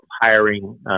hiring